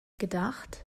gedacht